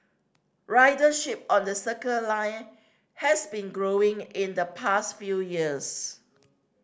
ridership on the Circle Line has been growing in the past few years